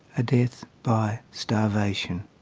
a death by starvation.